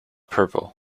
purple